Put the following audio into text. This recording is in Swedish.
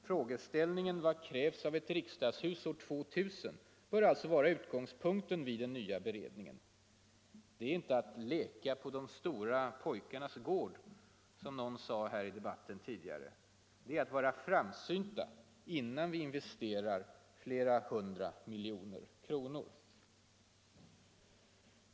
Frågeställningen ”Vad krävs av ett riksdagshus år 2000?” bör alltså vara utgångspunkten vid den nya beredningen. Det är inte att ”leka på de stora pojkarnas gård”, som någon sade här i debatten tidigare. Det är att vara framsynta innan vi investerar flera hundra miljoner kronor.